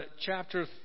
chapter